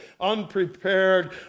unprepared